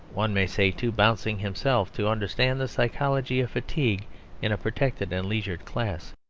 one may say too bouncing himself to understand the psychology of fatigue in a protected and leisured class.